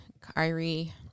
Kyrie